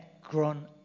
grown